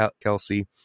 Kelsey